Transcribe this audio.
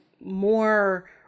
more